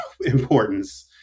importance